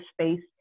space